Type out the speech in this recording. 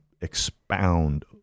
expound